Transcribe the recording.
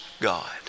God